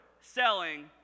selling